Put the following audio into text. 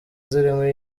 zirimo